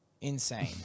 insane